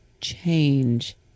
change